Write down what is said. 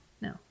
No